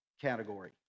category